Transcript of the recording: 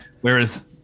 Whereas